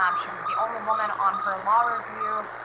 um she was the only woman on her law review.